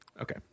Okay